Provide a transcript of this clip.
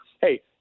hey